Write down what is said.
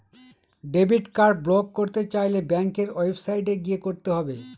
debit card block করতে চাইলে ব্যাঙ্কের ওয়েবসাইটে গিয়ে করতে হবে